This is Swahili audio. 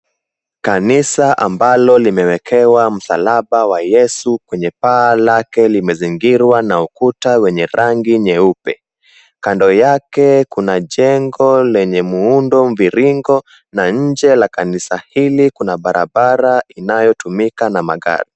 Kanisa ambalo limewekewa msalaba wa Yesu kwenye paa lake limezingirwa na ukuta wenye rangi nyeupe. Kando yake kuna jengo lenye muundo mviringo na nje la kanisa hili kuna barabara inayotumika na magari.